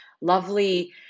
lovely